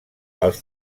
els